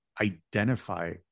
identify